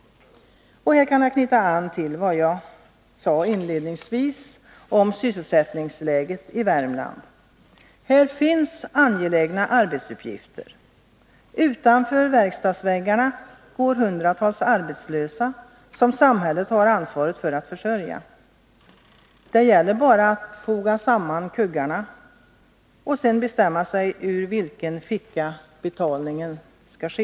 Här kan jag knyta an till vad jag sade inledningsvis om sysselsättningsläget i Värmland. Det finns alltså angelägna arbetsuppgifter, och utanför verkstadsväggarna går hundratals arbetslösa, som samhället har ansvaret för att försörja. Det gäller bara att foga samman kuggarna — och sedan bestämma sig ur vilken ficka betalningen skall ske.